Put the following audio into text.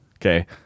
Okay